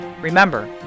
Remember